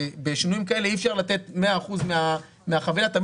בשינויים כאלה אי אפשר לתת מאה אחוזים מהחבילה ותמיד